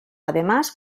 además